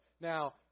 Now